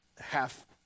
half